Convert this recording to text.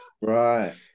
Right